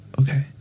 okay